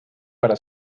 para